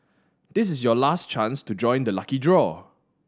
this is your last chance to join the lucky draw